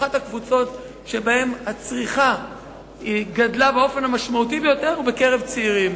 אחת הקבוצות שבהן הצריכה גדלה באופן משמעותי ביותר היא הצעירים.